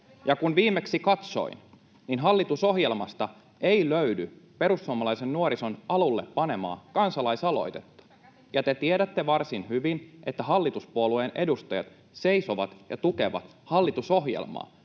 Kun viimeksi katsoin, niin hallitusohjelmasta ei löydy Perussuomalaisen Nuorison alulle panemaa kansa-laisaloitetta. Te tiedätte varsin hyvin, että hallituspuolueen edustajat seisovat ja tukevat hallitusohjelmaa.